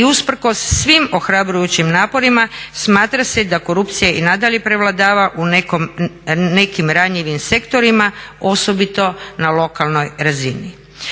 i usprkos svim ohrabrujućim naporima smatra se da korupcija i nadalje prevladava u nekim ranjivim sektorima osobito na lokalnoj razini.